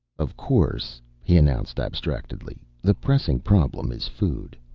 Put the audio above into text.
of course, he announced abstractedly, the pressing problem is food.